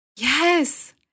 Yes